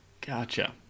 Gotcha